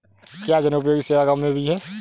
क्या जनोपयोगी सेवा गाँव में भी है?